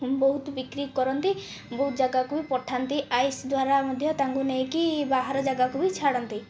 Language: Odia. ବହୁତ ବିକ୍ରି କରନ୍ତି ବହୁତ ଜାଗାକୁ ବି ପଠାନ୍ତି ଆଇସ୍ ଦ୍ୱାରା ମଧ୍ୟ ତାଙ୍କୁ ନେଇକି ବାହାର ଜାଗାକୁ ବି ଛାଡ଼ନ୍ତି